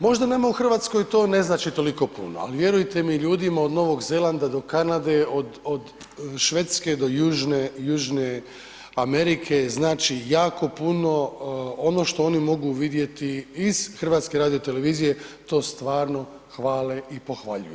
Možda nama u Hrvatskoj to ne znači toliko puno ali vjerujte mi, ljudima od Novog Zelanda do Kanade, od Švedske do Južne Amerike, znači jako puno, ono što oni mogu vidjeti iz HRT-a, to stvarno hvale i pohvaljuju.